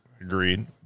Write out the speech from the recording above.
Agreed